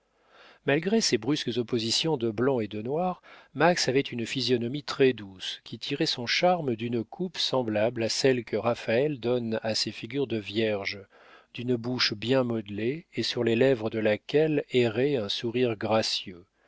malgré ces brusques oppositions de blanc et de noir max avait une physionomie très-douce qui tirait son charme d'une coupe semblable à celle que raphaël donne à ses figures de vierge d'une bouche bien modelée et sur les lèvres de laquelle errait un sourire gracieux